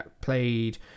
played